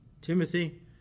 timothy